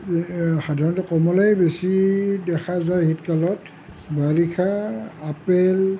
সাধাৰণতে কমলাই বেছি দেখা যায় শীতলাকত বাৰিষা আপেল